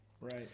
Right